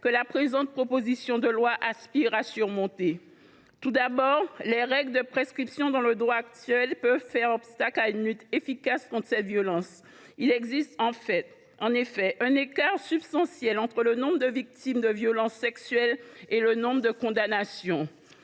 que la présente proposition de loi a pour objet de surmonter. Tout d’abord, les règles de prescription dans le droit actuel peuvent faire obstacle à une lutte efficace contre ces violences. Il existe en effet un écart substantiel entre le nombre de victimes de violences sexuelles et le nombre de condamnations.